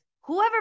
Whoever